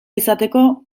izateko